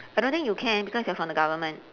I don't think you can because you are from the government